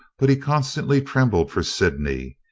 but he constantly trembled for sydney!